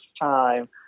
time